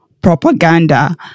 Propaganda